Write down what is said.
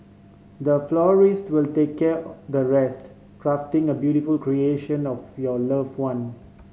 the florist to the take care the rest crafting a beautiful creation of your love one